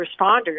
responders